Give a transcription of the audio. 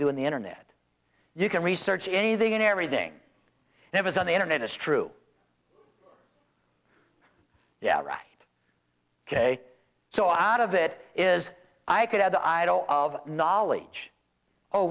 do in the internet you can research anything and everything it is on the internet is true yeah right ok so out of it is i could have the idol of knowledge oh